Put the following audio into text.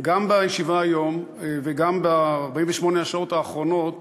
גם בישיבה היום וגם ב-48 השעות האחרונות